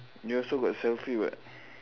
you also got selfie [what]